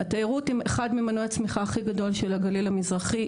התיירות היא אחת ממנועי הצמיחה הכי גדול של הגליל המזרחי,